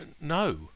no